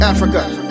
Africa